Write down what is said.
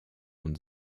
und